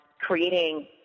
creating